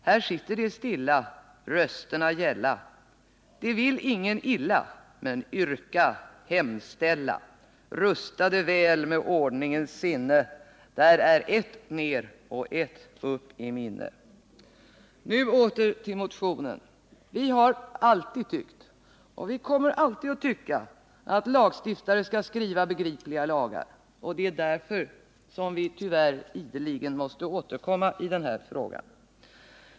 Här sitter de still?, rösterna gälla de vill ingen illa, men "yrka", ”hemställa” rustade väl med ordningens sinne det är ett ner och ett upp i minne.” Nu åter till motionen. Vi har alltid tyckt och kommer alltid att tycka att lagstiftare skall skriva begripliga lagar. Det är därför som vi ideligen, tyvärr, måste återkomma i den här frågan.